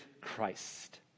Christ